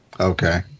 Okay